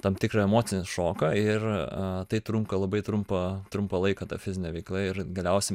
tam tikrą emocinį šoką ir tai trunka labai trumpą trumpą laiką ta fizinė veikla ir galiausiai